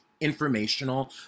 informational